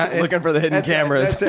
looking for the hidden cameras.